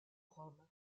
rhum